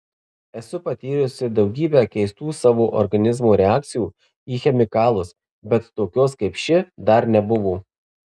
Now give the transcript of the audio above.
esu patyrusi daugybę keistų savo organizmo reakcijų į chemikalus bet tokios kaip ši dar nebuvo